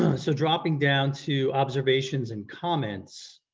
so dropping down to observations and comments,